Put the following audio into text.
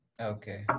Okay